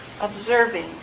observing